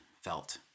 felt